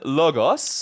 logos